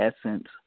essence